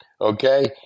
Okay